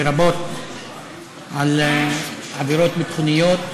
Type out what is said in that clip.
לרבות בשל עבירות ביטחוניות,